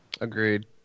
Agreed